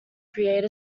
create